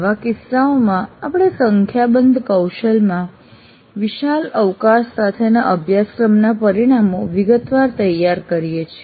આવા કિસ્સાઓમાં આપણે સંખ્યાબંધ કૌશલમાં વિશાલ અવકાશ સાથેના અભ્યાસક્રમના પરિણામો વિગતવાર તૈયાર કરીએ છીએ